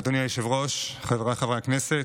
אדוני היושב-ראש, חבריי חברי הכנסת,